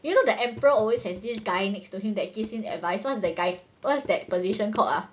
you know the emperor always has this guy next to him that gives me advice what's the guy what's that position called ah